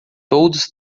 todos